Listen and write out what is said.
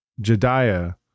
Jediah